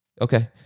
Okay